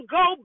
go